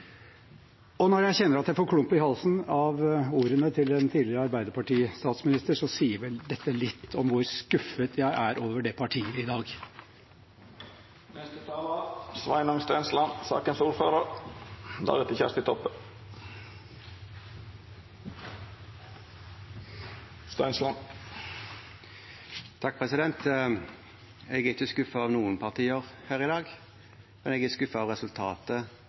Når jeg kjenner at jeg får klump i halsen av ordene til den tidligere Arbeiderparti-statsministeren, sier vel dette litt om hvor skuffet jeg er over det partiet i dag. Jeg er ikke skuffet over noen partier her i dag, men jeg er skuffet over resultatet vi får i denne saken. Jeg er